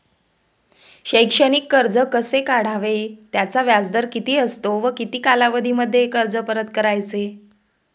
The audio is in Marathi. शैक्षणिक कर्ज कसे काढावे? त्याचा व्याजदर किती असतो व किती कालावधीमध्ये कर्ज परत करायचे?